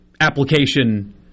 application